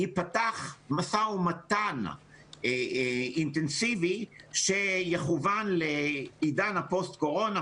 ייפתח משא-ומתן אינטנסיבי שיכוון לעידן הפוסט קורונה,